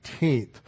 18th